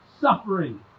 suffering